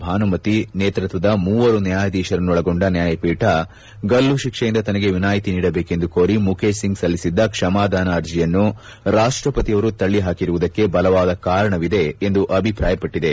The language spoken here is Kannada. ಭಾನುಮತಿ ನೇತೃತ್ವದ ಮೂವರು ನ್ಯಾಯಾಧೀಶರನ್ನೊಳಗೊಂಡ ನ್ಯಾಯಪೀಠ ಗಲ್ಲು ಶಿಕ್ಷೆಯಿಂದ ತನಗೆ ವಿನಾಯಿತಿ ನೀಡಬೇಕೆಂದು ಕೋರಿ ಮುಖೇಶ್ಸಿಂಗ್ ಸಲ್ಲಿಸಿದ್ದ ಕ್ಷಮಾದಾನ ಅರ್ಜಿಯನ್ನು ರಾಷ್ಟಪತಿಯವರು ತಳ್ಳಿಹಾಕಿರುವುದಕ್ಕೆ ಬಲವಾದ ಕಾರಣವಿದೆ ಎಂದು ಅಭಿಪ್ರಾಯಪಟ್ಟದೆ